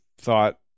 thought